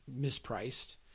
mispriced